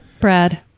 Brad